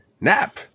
Nap